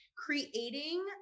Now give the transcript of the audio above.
Creating